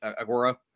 Agora